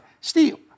Steal